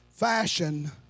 fashion